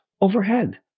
overhead